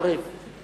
מעורב בא מהמלה ערב.